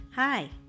Hi